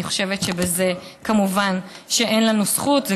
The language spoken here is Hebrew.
אני חושבת, כמובן, שאין לנו זכות.